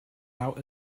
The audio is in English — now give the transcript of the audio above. out